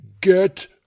get